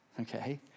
Okay